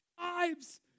lives